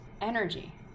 energy